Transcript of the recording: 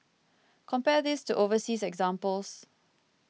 compare this to overseas examples